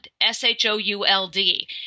S-H-O-U-L-D